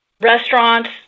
restaurants